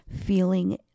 feeling